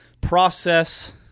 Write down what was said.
process